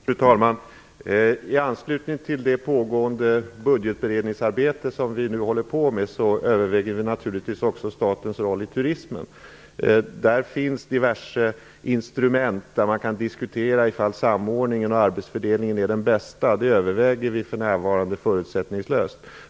Fru talman! I anslutning till det pågående budgetberedningsarbetet, övervägs naturligtvis också statens roll när det gäller turismen. Det finns diverse instrument, och man kan diskutera om huruvida samordningen och arbetsfördelningen är den bästa, något som vi i regeringen för närvarande överväger förutsättningslöst.